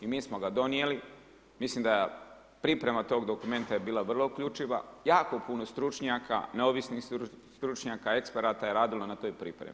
I mi smo ga donijeli, mislim da priprema tog dokumenta je bila vrlo uključiva, jako puno stručnjaka, neovisnih stručnjaka, eksperata je radilo na toj pripremi.